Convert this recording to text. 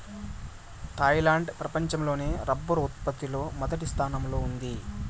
Thailand ప్రపంచం లోనే rubber ఉత్పత్తి లో మొదటి స్థానంలో ఉంది